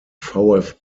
vfb